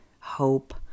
hope